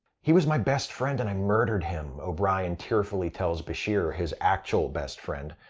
he was my best friend and i murdered him, o'brien tearfully tells bashir, his actual best friend.